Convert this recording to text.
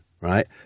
right